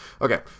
Okay